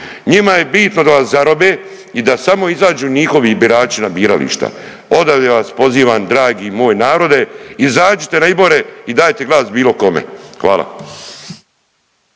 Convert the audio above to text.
Njima je bitno da vas zarobe i da samo izađu njihovi birači na birališta. Odavde vas pozivam dragi moj narode izađite na izbore i dajte glas bilo kome. Hvala.